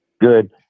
good